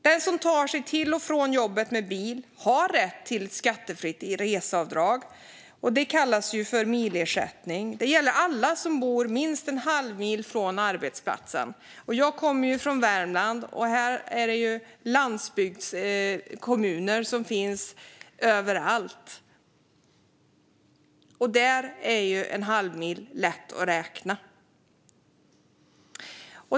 Den som tar sig till och från jobbet med bil har rätt till ett skattefritt reseavdrag. Det kallas milersättning. Det gäller alla som bor minst en halv mil från arbetsplatsen. Jag kommer från Värmland. Där finns det landsbygdskommuner överallt. Där är en halv mil lätt att räkna.